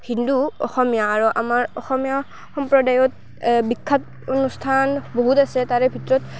হিন্দু অসমীয়া আৰু আমাৰ অসমীয়া সম্প্ৰদায়ত বিখ্যাত অনুষ্ঠান বহুত আছে তাৰে ভিতৰত